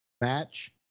match